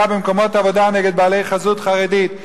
במקומות עבודה נגד בעלי חזות חרדית,